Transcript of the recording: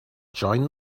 join